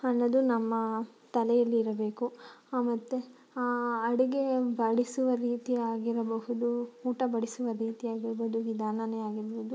ಅನ್ನೋದು ನಮ್ಮ ತಲೆಯಲ್ಲಿರಬೇಕು ಮತ್ತು ಅಡುಗೆ ಬಡಿಸುವ ರೀತಿಯಾಗಿರಬಹುದು ಊಟ ಬಡಿಸುವ ರೀತಿಯಾಗಿರ್ಬೋದು ವಿಧಾನವೇ ಆಗಿರ್ಬೋದು